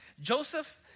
Joseph